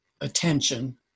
attention